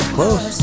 Close